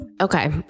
Okay